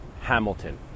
Hamilton